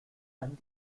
and